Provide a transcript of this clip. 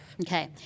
Okay